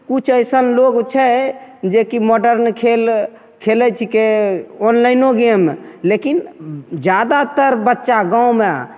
किछु एसन लोग छै जेकि माडर्न खेल खेलय छीकै ऑनलाइनो गेम लेकिन जादातर बच्चा गाँवमे